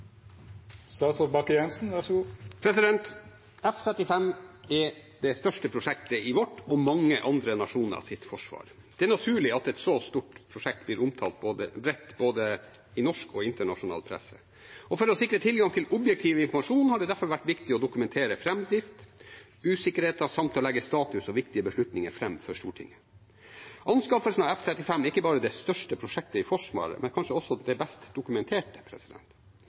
er det største prosjektet i vårt og mange andre nasjoners forsvar. Det er naturlig at et så stort prosjekt blir omtalt riktig i både norsk og internasjonal presse. For å sikre tilgang til objektiv informasjon har det derfor vært viktig å dokumentere framdrift, usikkerheter samt å legge status og viktige beslutninger fram for Stortinget. Anskaffelsen av F-35 er ikke bare det største prosjektet i Forsvaret, men kanskje også det best dokumenterte.